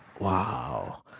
Wow